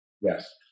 yes